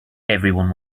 everyone